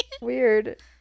Weird